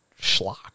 schlock